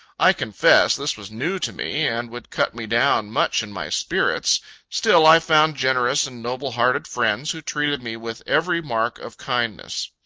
i confess, this was new to me, and would cut me down much in my spirits still i found generous and noble-hearted friends, who treated me with every mark of kindness.